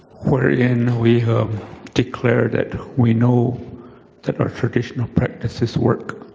wherein we declare that we know that our traditional practices work.